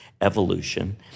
evolution